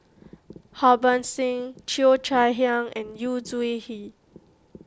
Harbans Singh Cheo Chai Hiang and Yu Zhuye